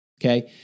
okay